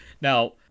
Now